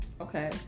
okay